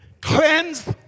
Cleanse